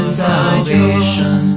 salvation